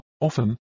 Often